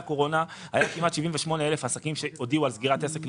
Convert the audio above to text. קורונה היו כמעט 78,000 עסקים שהודיעו למע"מ על סגירת עסק.